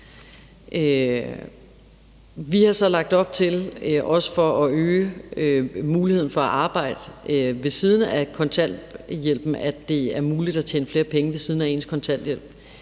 Vi har så lagt op til – også for at øge muligheden for at arbejde ved siden af kontanthjælpen – at det er muligt at tjene flere penge ved siden af ens kontanthjælp.